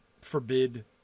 forbid